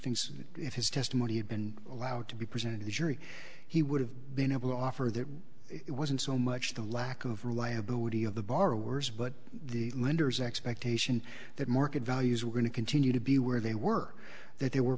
that if his testimony had been allowed to be presented to the jury he would have been able to offer that it wasn't so much the lack of reliability of the borrowers but the lenders expectation that market values were going to continue to be where they were that they were